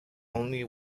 only